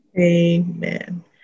Amen